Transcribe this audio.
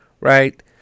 right